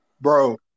Bro